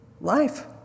Life